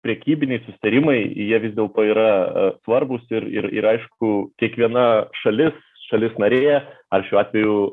prekybiniai susitarimai jie vis dėlto yra svarbūs ir ir ir aišku kiekviena šalis šalis narė ar šiuo atveju